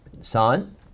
son